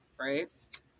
right